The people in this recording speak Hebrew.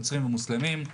נוצרים ומוסלמים.